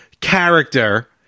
character